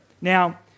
Now